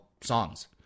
songs